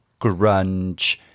grunge